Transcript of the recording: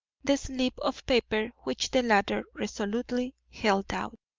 the slip of paper which the latter resolutely held out.